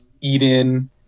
Eden